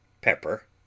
pepper